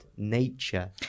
Nature